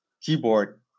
keyboard